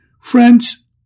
Friends